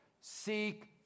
seek